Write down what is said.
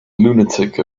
lunatic